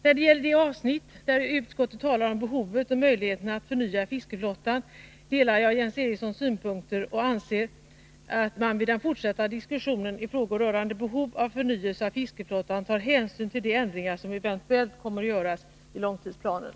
När det gäller det avsnitt i betänkandet där utskottet talar om behovet och möjligheterna att förnya fiskeflottan delar jag Jens Erikssons synpunkter och anser att man vid den fortsatta diskussionen i frågor rörande behov av förnyelse av fiskeflottan bör ta hänsyn till de ändringar som eventuellt kommer att göras i långtidsplanen.